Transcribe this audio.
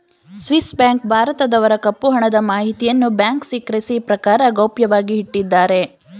Swiss bank ಭಾರತದವರ ಕಪ್ಪು ಹಣದ ಮಾಹಿತಿಯನ್ನು ಬ್ಯಾಂಕ್ ಸಿಕ್ರೆಸಿ ಪ್ರಕಾರ ಗೌಪ್ಯವಾಗಿ ಇಟ್ಟಿದ್ದಾರೆ